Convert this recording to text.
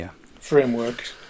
framework